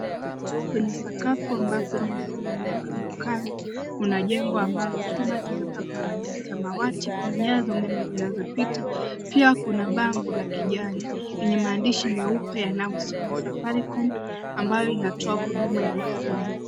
Kwenye sakafu ambapo nyasi imemea kando kando kuna jengo ambalo chuma zimepakwa rangi ya samawati. Kuna nyaya za umeme zinazipita pia kuna bango la kijani lenye maandishi meupe yanayosoma safaricom ambayo inatoa huduma ya mawasiliano.